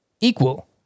equal